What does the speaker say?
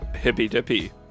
hippy-dippy